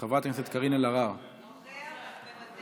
חברת הכנסת קארין אלהרר, נוכח אך מוותר.